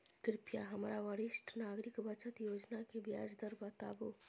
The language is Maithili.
कृपया हमरा वरिष्ठ नागरिक बचत योजना के ब्याज दर बताबू